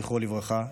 זכרו לברכה,